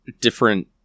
different